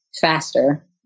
faster